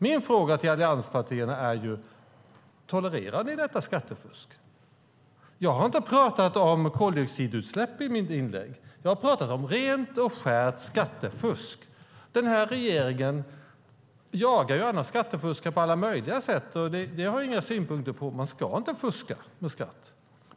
Min fråga till allianspartierna är: Tolererar ni detta skattefusk? Jag har i mitt inlägg inte pratat om koldioxidutsläpp, utan jag har pratat om rent och skärt skattefusk. Den här regeringen jagar ju annars skattefuskare på alla möjliga sätt, och det har jag inga synpunkter på - man ska inte fuska med skatt.